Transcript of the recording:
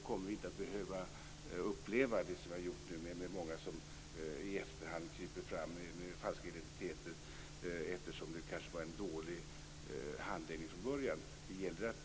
Då kommer vi inte att behöva uppleva det som vi nu har gjort, att många i efterhand kryper fram med falska identiteter då det kanske var en dålig handläggning från början.